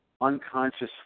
unconsciously